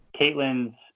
Caitlin's